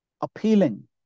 appealing